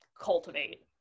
cultivate